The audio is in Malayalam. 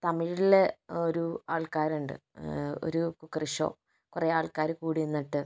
തമിഴിലെ ഒരു ആൾക്കാരുണ്ട് ഒരു കുക്കറി ഷോ കുറേ ആൾക്കാര് കൂടി നിന്നിട്ട്